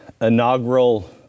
inaugural